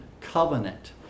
covenant